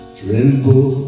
tremble